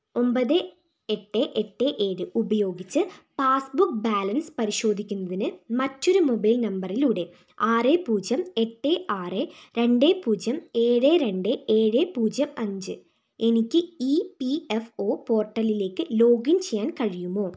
ഒൻപത് എട്ട് എട്ട് ഏഴ് ഉപയോഗിച്ച് പാസ്ബുക്ക് ബാലൻസ് പരിശോധിക്കുന്നതിന് മറ്റൊരു മൊബൈൽ നമ്പറിലൂടെ ആറ് പൂജ്യം എട്ട് ആറ് രണ്ട് പൂജ്യം ഏഴ് രണ്ട് ഏഴ് പൂജ്യം അഞ്ച് എനിക്ക് ഇ പി എഫ് ഒ പോർട്ടലിലേക്ക് ലോഗിൻ ചെയ്യാൻ കഴിയുമോ